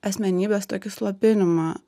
asmenybės tokį slopinimą